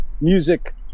music